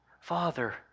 Father